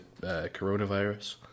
coronavirus